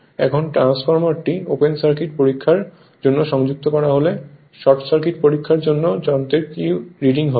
এখন ট্রান্সফরমারটি open circuit পরীক্ষার জন্য সংযুক্ত করা হলে শর্ট সার্কিট পরীক্ষার জন্য যন্ত্রের রিডিং কী হবে